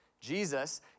Jesus